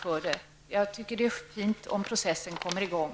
Jag tycker att det är fint om processen kommer i gång.